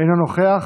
אינו נוכח.